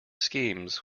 schemes